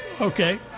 okay